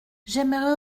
j’aimerais